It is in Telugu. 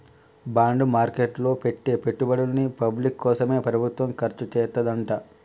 బాండ్ మార్కెట్ లో పెట్టే పెట్టుబడుల్ని పబ్లిక్ కోసమే ప్రభుత్వం ఖర్చుచేత్తదంట